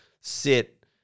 sit